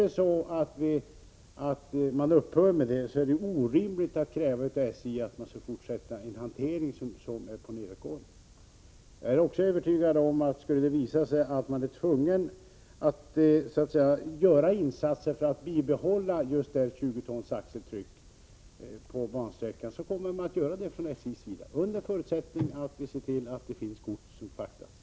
Upphör man med det, är det orimligt att kräva att SJ skall fortsätta driva en trafik som är på nedåtgående. Jag är övertygad om att det från SJ:s sida — under förutsättning att vi ser till att det finns gods som fraktas — kommer att göras insatser, om det visar sig tvunget att bibehålla kapacitet för just 20 tons axeltryck.